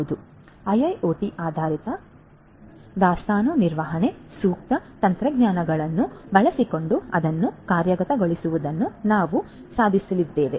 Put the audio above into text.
ಆದ್ದರಿಂದ ಐಐಒಟಿ ಆಧಾರಿತ ದಾಸ್ತಾನು ನಿರ್ವಹಣೆ ಸೂಕ್ತ ತಂತ್ರಜ್ಞಾನಗಳನ್ನು ಬಳಸಿಕೊಂಡು ಅದನ್ನು ಕಾರ್ಯಗತಗೊಳಿಸುವುದನ್ನು ನಾವು ಸಾಧಿಸಲಿದ್ದೇವೆ